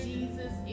Jesus